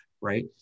Right